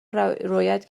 رویت